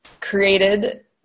created